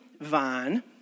vine